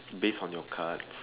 based on your cards